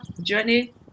journey